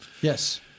Yes